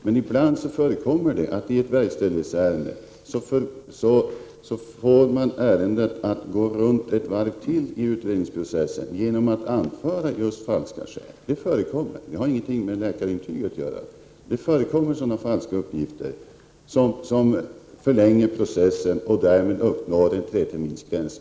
Men ibland förekommer det att man får ett verkställighetsärende att gå runt ett varv till i utredningsprocessen genom att anföra just falska skäl. Det har ingenting med läkarintyg att göra. Det förekommer alltså sådana falska uppgifter som förlänger processen så att man därmed uppnår en treterminsgräns.